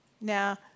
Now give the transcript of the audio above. Now